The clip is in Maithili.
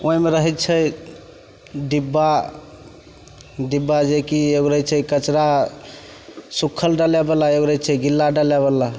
ओइमे रहय छै डिब्बा डिब्बा जेकि ओइमे रहय छै कचड़ा सुक्खल डालऽवला एगो रहय छै गिला डालऽवला